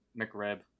McRib